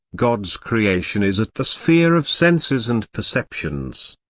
god's creation is at the sphere of senses and perceptions.